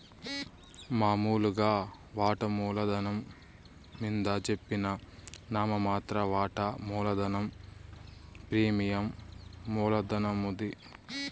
మామూలుగా వాటామూల ధనం మింద జెప్పిన నామ మాత్ర వాటా మూలధనం ప్రీమియం మూల ధనమవుద్ది